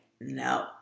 No